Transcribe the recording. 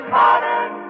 modern